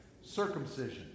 Circumcision